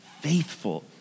faithful